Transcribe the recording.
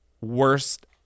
Worst